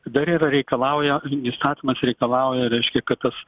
dar yra reikalauja įstatymas reikalauja reiškia kad tas